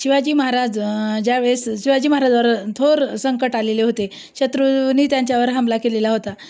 शिवाजी महाराज ज्यावेळेस शिवाजी महाराजावर थोर संकट आलेले होते शत्रुनी त्यांच्यावर हमला केलेला होता